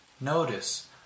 Notice